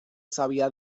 sabía